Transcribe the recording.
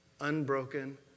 unbroken